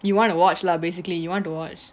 you wanna watch lah basically you want to watch